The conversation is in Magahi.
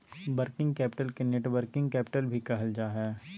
वर्किंग कैपिटल के नेटवर्किंग कैपिटल भी कहल जा हय